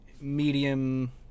medium